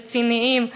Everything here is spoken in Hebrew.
רציניים,